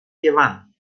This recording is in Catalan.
llevant